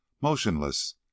motionless